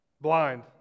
Blind